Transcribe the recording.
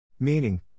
Meaning